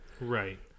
Right